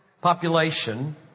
population